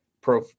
Pro